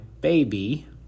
baby